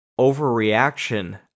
overreaction